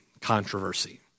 controversy